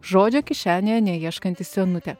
žodžio kišenėje neieškanti senutė